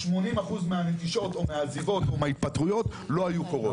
80% מהנטישות או מהעזיבות או מההתפטרויות לא היו קורות.